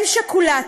אם שכולה,